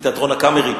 מתיאטרון "הקאמרי",